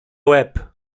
łeb